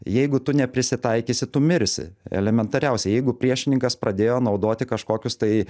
jeigu tu neprisitaikysi tu mirsi elementariausia jeigu priešininkas pradėjo naudoti kažkokius tai